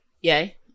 Yay